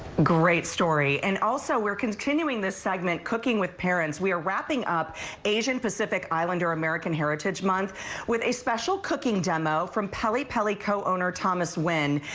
great story. and also we're continuing this segment, cooking with parents, we are wrapping up asian pacific islander american heritage month with a special cooking demo from pelly pelly co-owner thomas wynn.